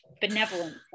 benevolent